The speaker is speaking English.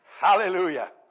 Hallelujah